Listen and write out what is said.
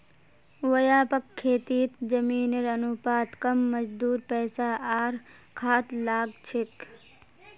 व्यापक खेतीत जमीनेर अनुपात कम मजदूर पैसा आर खाद लाग छेक